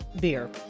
beer